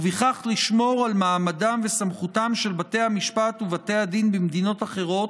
ובכך לשמור על מעמדם וסמכותם של בתי המשפט ובתי הדין במדינות אחרות,